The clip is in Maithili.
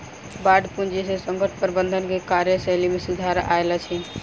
बांड पूंजी से संकट प्रबंधन के कार्यशैली में सुधार आयल अछि